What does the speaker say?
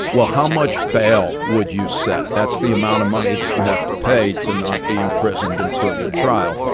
well, how much bail would you set? that's the amount of money that you have to pay to not be imprisoned until your trial.